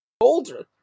older